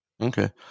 Okay